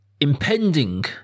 impending